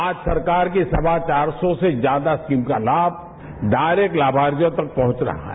आज सरकार के सवा चार सौ से ज्यादा स्क्रीन का लाम डायरेक्ट लामार्थियों तक पहुंच रहा है